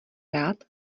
rád